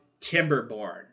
Timberborn